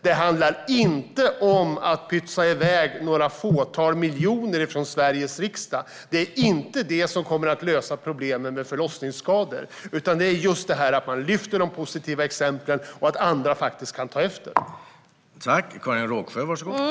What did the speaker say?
Det handlar inte om att pytsa iväg ett fåtal miljoner från Sveriges riksdag. Det är inte det som kommer att lösa problemen med förlossningsskador, utan det är just att man lyfter fram de positiva exemplen och ser till att andra kan ta efter.